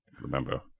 Remember